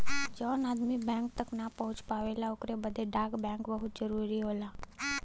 जौन आदमी बैंक तक ना पहुंच पावला ओकरे बदे डाक बैंक बहुत जरूरी होला